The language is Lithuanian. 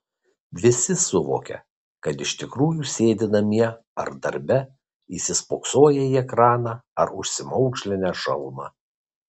visi suvokia kad iš tikrųjų sėdi namie ar darbe įsispoksoję į ekraną ar užsimaukšlinę šalmą